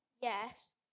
yes